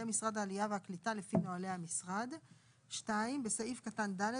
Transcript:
משרד העלייה והקליטה מכוח נוהלי המשרד"; (2) בסעיף קטן (ד),